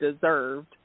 deserved